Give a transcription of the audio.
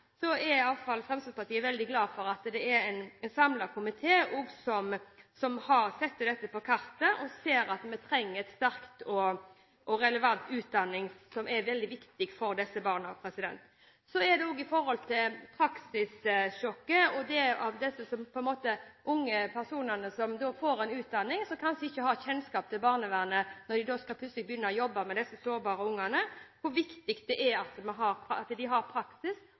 er i alle fall Fremskrittspartiet veldig glad for at det er en samlet komité som setter dette på kartet og ser at vi trenger en sterk og relevant utdanning, som er veldig viktig for å hjelpe disse barna. Så til praksissjokket for disse unge personene, som får en utdanning der de kanskje ikke får kjennskap til barnevernet. Når de da plutselig skal begynne å jobbe med disse sårbare ungene, ser de hvor viktig det er at de har praksis, og ikke minst at de